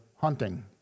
hunting